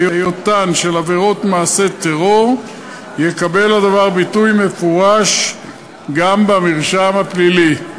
היותן של עבירות "מעשה טרור" יקבל ביטוי מפורש גם במרשם הפלילי.